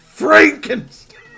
Frankenstein